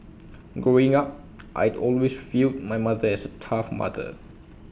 growing up I'd always viewed my mother as A tough mother